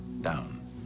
down